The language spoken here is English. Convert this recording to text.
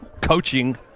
coaching